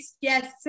yes